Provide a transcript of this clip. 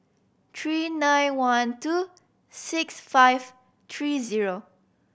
three nine one two six five three zero